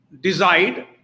decide